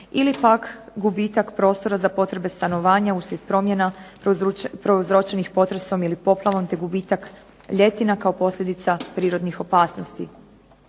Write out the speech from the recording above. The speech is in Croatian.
ili pak gubitak prostora za potrebe stanovanja uslijed promjena prouzročenih potresom ili poplavom, te gubitak ljetina kao posljedica prirodnih opasnosti.